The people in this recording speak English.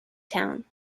town